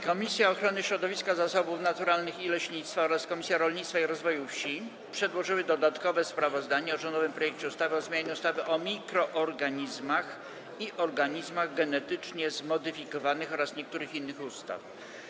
Komisja Ochrony Środowiska, Zasobów Naturalnych i Leśnictwa oraz Komisja Rolnictwa i Rozwoju Wsi przedłożyły dodatkowe sprawozdanie o rządowym projekcie ustawy o zmianie ustawy o mikroorganizmach i organizmach genetycznie zmodyfikowanych oraz niektórych innych ustaw.